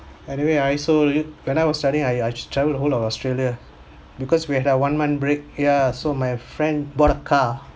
anyway I also when I was studying I I travelled whole of australia because we have one month break ya so my friend bought a car